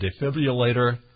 defibrillator